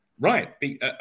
Right